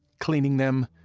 cleaning them,